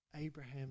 Abraham